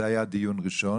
זה היה דיון ראשון.